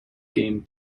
game